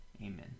Amen